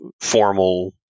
formal